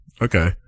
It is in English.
okay